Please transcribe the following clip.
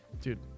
Dude